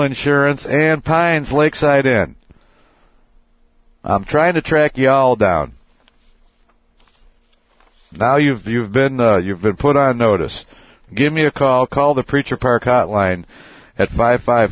insurance and pines lakeside in trying to track ya'll down now you've you've been you've been put on notice give me a call called the preacher parka line at five five